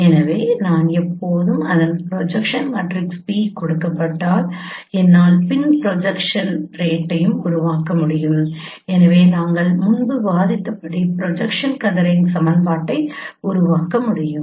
எனவே நான் எப்போதும் அதன் ப்ரொஜெக்ஷன் மேட்ரிக்ஸ் P கொடுக்கப்பட்டால் என்னால் பின் ப்ரொஜெக்ஷன் ரேட்டையும் உருவாக்க முடியும் எனவே நாங்கள் முன்பு விவாதித்தபடி ப்ரொஜெக்ஷன் கதிரின் சமன்பாட்டை உருவாக்க முடியும்